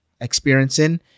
experiencing